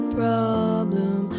problem